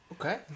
Okay